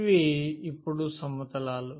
ఇవి ఇప్పుడు సమతలాలు